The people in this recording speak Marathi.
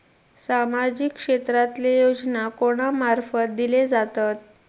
सामाजिक क्षेत्रांतले योजना कोणा मार्फत दिले जातत?